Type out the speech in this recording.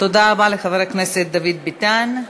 תודה רבה לחבר הכנסת דוד ביטן.